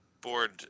board